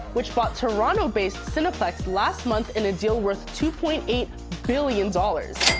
which bought toronto based cineplex last month in a deal worth two point eight billion dollars.